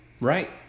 right